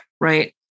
Right